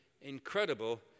incredible